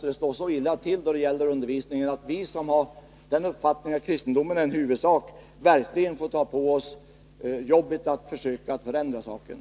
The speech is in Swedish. När det står så illa till då det gäller undervisningen, får vi som har uppfattningen att kristendomen är ett huvudämne verkligen ta på oss uppgiften att försöka ändra förhållandena.